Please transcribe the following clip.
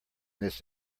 this